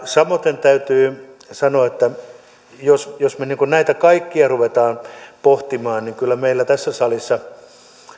samoiten täytyy sanoa että jos jos me näitä kaikkia rupeamme pohtimaan niin kyllä meillä tässä salissa